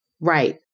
Right